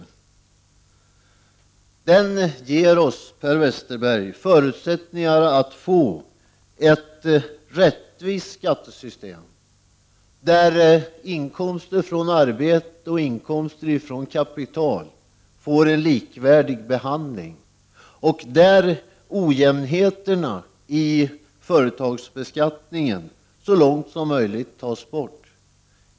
Skattereformen ger oss, Per Westerberg, förutsättningar att få ett rättvist skattesystem, där inkomster från arbete och från kapital får en likvärdig behandling och där ojämnheterna i företagsbeskattningen så långt möjligt tas bort.